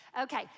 Okay